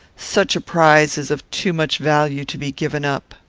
such a prize is of too much value to be given up.